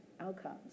outcomes